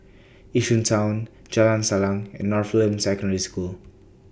Yishun Town Jalan Salang and Northland Secondary School